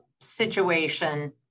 situation